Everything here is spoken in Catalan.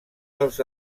dels